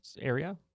area